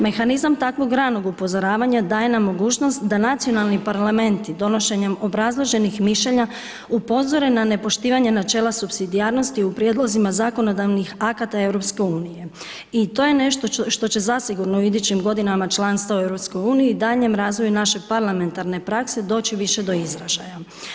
Mehanizam takvog ranog upozoravanja daje nam mogućnost da nacionalni parlamenti donošenjem obrazloženih mišljenja upozore na nepoštivanje načela supsidijarnosti u prijedlozima zakonodavnih akata EU i to je nešto što će zasigurno u idućim godinama članstvo u EU i daljnjem razvoju naše parlamentarne prakse doći više do izražaja.